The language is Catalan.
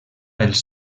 els